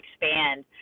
expand